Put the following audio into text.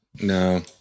No